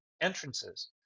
entrances